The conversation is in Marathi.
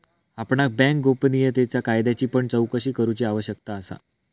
आपणाक बँक गोपनीयतेच्या कायद्याची पण चोकशी करूची आवश्यकता असा